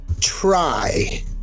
try